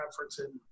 Conference